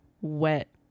wet